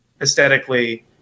aesthetically